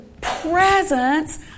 presence